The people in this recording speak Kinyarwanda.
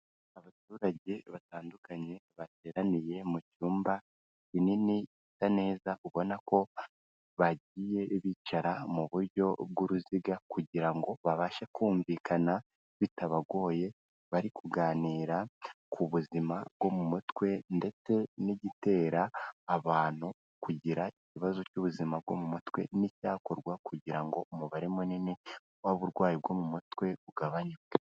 Abaturage batandukanye bateraniye mu cyumba kinini, gisa neza, ubona ko bagiye bicara mu buryo bw'uruziga kugira ngo babashe kumvikana bitabagoye; bari kuganira ku buzima bwo mu mutwe ndetse n'igitera abantu kugira ikibazo cy'ubuzima bwo mu mutwe n'icyakorwa kugira ngo umubare munini w'uburwayi bwo mu mutwe ugabanyuke.